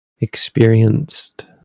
experienced